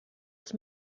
els